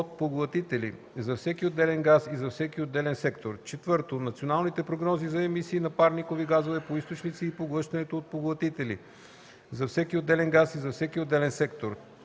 от поглътители – за всеки отделен газ и за всеки отделен сектор; 4. националните прогнози за емисии на парникови газове по източници и поглъщането от поглътители - за всеки отделен газ и за всеки отделен сектор.